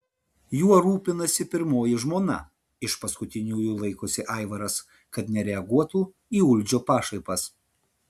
juo rūpinasi pirmoji žmona iš paskutiniųjų laikosi aivaras kad nereaguotų į uldžio pašaipas